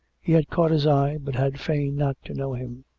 he had caught his eye, but had feigned not to know him.